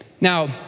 Now